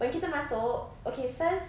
when kita masuk okay first